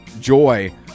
joy